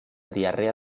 diarrea